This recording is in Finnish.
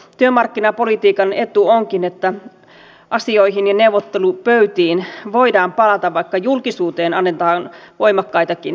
työmarkkinapolitiikan etu onkin että asioihin ja neuvottelupöytiin voidaan palata vaikka julkisuuteen annetaan voimakkaitakin mielipiteitä